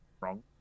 wrong